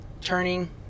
turning